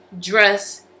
dress